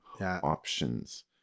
options